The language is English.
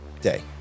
day